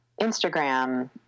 Instagram